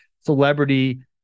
celebrity